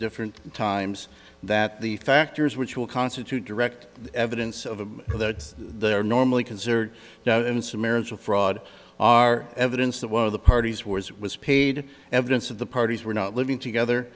different times that the factors which will constitute direct evidence of that there are normally considered in some marital fraud are evidence that one of the parties was was paid evidence of the parties were not living together